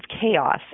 chaos